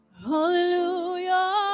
Hallelujah